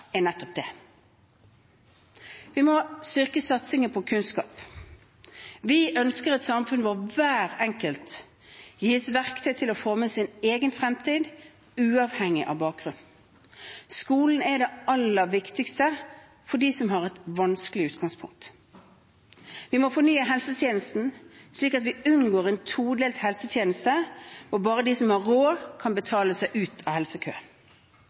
er nettopp det. Vi må styrke satsingen på kunnskap. Vi ønsker et samfunn hvor hver enkelt gis verktøy til å forme sin egen fremtid uavhengig av bakgrunn. Skolen er det aller viktigste for dem som har et vanskelig utgangspunkt. Vi må fornye helsetjenesten, slik at vi unngår en todelt helsetjeneste og bare de som har råd, kan betale seg ut av